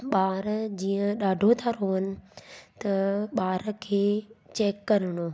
ॿार जीअं ॾाढो था रुअनि त ॿार खे चेक करिणो